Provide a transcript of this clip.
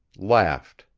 laughed,